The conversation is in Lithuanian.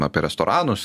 apie restoranus